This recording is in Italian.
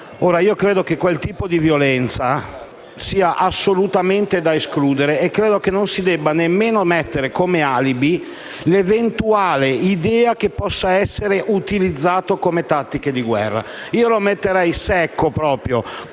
guerra. Credo che quel tipo di violenza sia assolutamente da escludere e che non si debba nemmeno mettere come alibi l'eventuale idea che possa essere utilizzata come tattica di guerra. Io lascerei il testo